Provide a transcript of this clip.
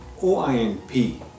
OINP